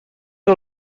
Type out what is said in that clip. que